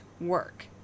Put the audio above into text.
work